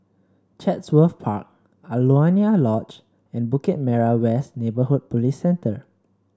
Chatsworth Park Alaunia Lodge and Bukit Merah West Neighbourhood Police Centre